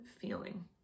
feeling